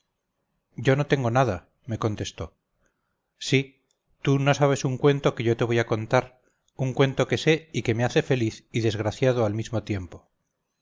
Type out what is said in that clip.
yo no tengo nada me contestó sí tú no sabes un cuento que yo te voy a contar un cuento que sé y que me hace feliz y desgraciado al mismo tiempo